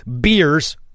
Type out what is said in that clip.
beers